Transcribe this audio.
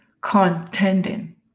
contending